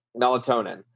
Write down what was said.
melatonin